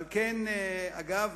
אגב,